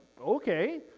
okay